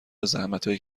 زحمتایی